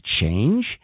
change